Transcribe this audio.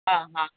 ಹಾಂ ಹಾಂ